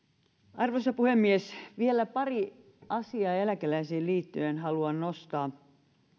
arvoisa puhemies vielä pari asiaa eläkeläisiin liittyen haluan nostaa